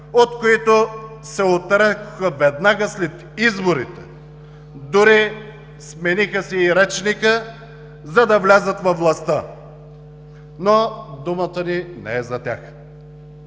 от които се отрекоха веднага след изборите. Дори си смениха и речника, за да влязат във властта. Но думата ни не е за тях.